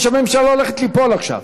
אני מבין שהממשלה הולכת ליפול עכשיו.